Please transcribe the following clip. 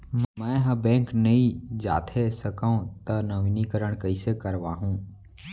मैं ह बैंक नई जाथे सकंव त नवीनीकरण कइसे करवाहू?